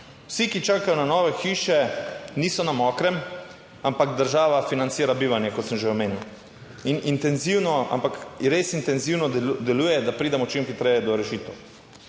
Vsi, ki čakajo na nove hiše, niso na mokrem, ampak država financira bivanje, kot sem že omenil, in intenzivno, ampak res intenzivno deluje, da pridemo čim hitreje do rešitev.